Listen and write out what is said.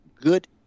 good